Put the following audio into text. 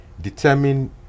determine